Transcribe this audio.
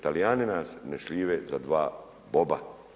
Talijani nas ne šljive za dva boba.